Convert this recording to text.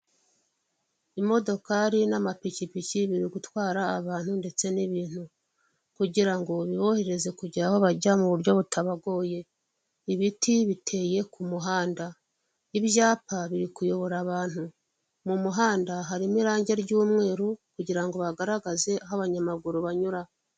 Imodokari n'amapikipiki biri gutwara abantu ndetse n'ibintu, kugira ngo bibohereze kugira aho bajya mu buryo butabagoye, ibiti biteye k'umuhanda, ibyapa biri kuyobora abantu, m'umuhanda harimo irangi ry'umweru kugirango ngo bagaragaze aho abanyamaguru banyura.